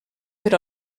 per